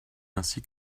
ainsi